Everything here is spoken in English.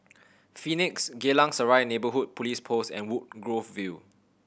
Phoenix Geylang Serai Neighbourhood Police Post and Woodgrove View